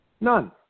None